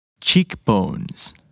Cheekbones